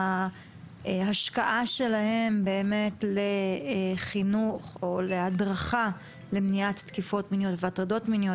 ההשקעה שלהם בחינוך או בהדרכה למניעת תקיפות מיניות והטרדות מיניות.